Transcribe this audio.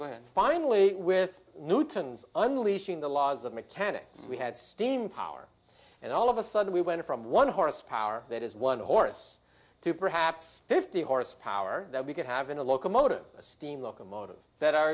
gland finally with newton's unleashing the laws of mechanics we had steam power and all of a sudden we went from one horsepower that is one horse to perhaps fifty horsepower that we could have in a locomotive a steam locomotive that